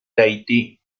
tahití